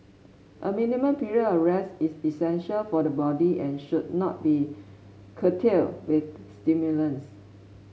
a minimum period of rest is essential for the body and should not be curtailed with stimulants